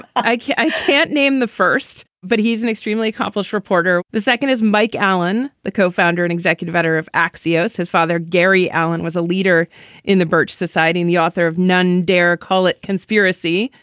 i i can't name the first, but he's an extremely accomplished reporter. the second is mike allen, the co-founder and executive editor of axios. his father, gary allen, was a leader in the birch society, the author of none dare call it conspiracy.